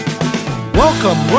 welcome